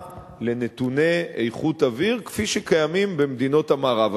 לנתוני איכות אוויר כפי שקיימים במדינות המערב.